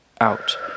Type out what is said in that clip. Out